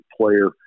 player